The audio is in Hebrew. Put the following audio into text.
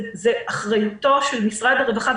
זה אחריותו של משרד הרווחה,